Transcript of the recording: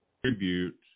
tribute